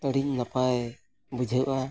ᱟᱹᱰᱤ ᱱᱟᱯᱟᱭ ᱵᱩᱡᱷᱟᱹᱣᱜᱼᱟ